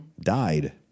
died